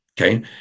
Okay